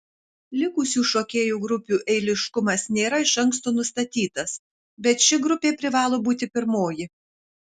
likusių šokėjų grupių eiliškumas nėra iš anksto nustatytas bet ši grupė privalo būti pirmoji